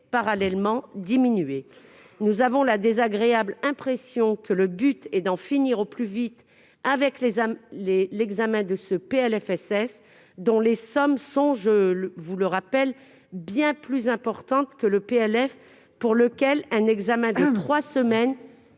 parallèlement diminué. Nous avons la désagréable impression que le but est d'en finir au plus vite avec l'examen de ce PLFSS. Les sommes impliquées sont pourtant bien plus importantes que dans le cadre du PLF, pour lequel un examen de trois semaines